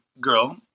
girl